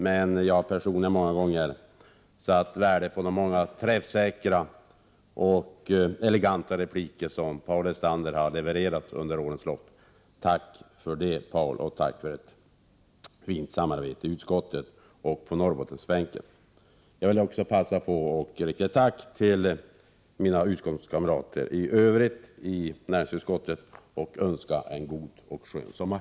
Men jag har personligen många gånger satt värde på de många träffsäkra och eleganta repliker Paul Lestander har levererat under årens lopp. Tack för det, Paul, och tack för ett fint samarbete i utskottet och på Norrbottensbänken! Jag vill också passa på och rikta ett tack till mina utskottskamrater i övrigt i näringsutskottet och önska en skön sommar.